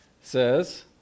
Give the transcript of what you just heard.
says